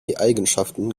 eigenschaften